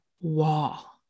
wall